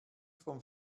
vom